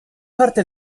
parte